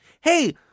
hey